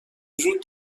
وجود